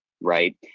Right